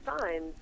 signs